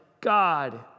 God